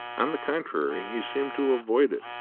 on the contrary he seemed to avoid it,